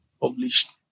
published